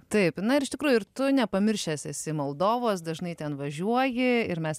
taip na ir iš tikrųjų ir tu nepamiršęs esi moldovos dažnai ten važiuoji ir mes